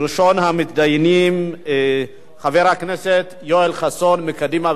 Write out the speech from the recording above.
ראשון המתדיינים, חבר הכנסת יואל חסון מקדימה.